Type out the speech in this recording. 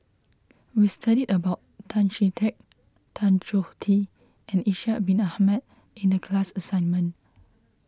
we studied about Tan Chee Teck Tan Choh Tee and Ishak Bin Ahmad in the class assignment